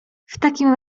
takim